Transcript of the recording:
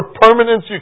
permanence